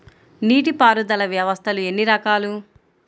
నీటిపారుదల వ్యవస్థలు ఎన్ని రకాలు?